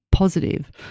positive